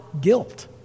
guilt